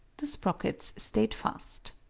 the sprockets stayed fast.